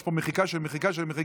יש פה מחיקה של מחיקה של מחיקה.